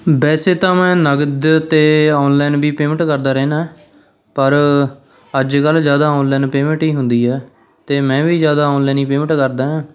ਵੈਸੇ ਤਾਂ ਮੈਂ ਨਗਦ ਅਤੇ ਔਨਲਾਈਨ ਵੀ ਪੇਮੈਂਟ ਕਰਦਾ ਰਹਿੰਦਾ ਪਰ ਅੱਜ ਕੱਲ੍ਹ ਜ਼ਿਆਦਾ ਔਨਲਾਈਨ ਪੇਮੈਂਟ ਹੀ ਹੁੰਦੀ ਹੈ ਅਤੇ ਮੈਂ ਵੀ ਜ਼ਿਆਦਾ ਔਨਲਾਈਨ ਹੀ ਪੇਮੈਂਟ ਕਰਦਾ ਹਾਂ